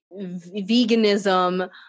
veganism